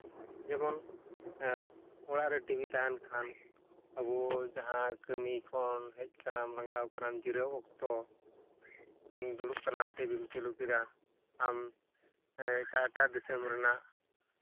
ᱡᱮᱢᱚᱱ ᱚᱲᱟᱜ ᱨᱮ ᱴᱤ ᱵᱷᱤ ᱛᱟᱦᱮᱱ ᱠᱷᱟᱱ ᱟᱵᱚ ᱡᱟᱦᱟᱸ ᱠᱟᱹᱢᱤ ᱠᱷᱚᱱ ᱦᱮᱡ ᱠᱟᱱᱟᱢ ᱞᱟᱸᱜᱟᱣ ᱠᱟᱱᱟᱢ ᱡᱤᱨᱟᱹᱣ ᱚᱠᱛᱚ ᱫᱩᱲᱩᱵ ᱠᱟᱱᱟᱢ ᱴᱤᱵᱷᱤᱢ ᱪᱟᱹᱞᱩ ᱠᱮᱫᱟ ᱟᱢ ᱮᱴᱟᱜ ᱮᱴᱟᱜ ᱫᱤᱥᱚᱢ ᱨᱮᱱᱟᱜ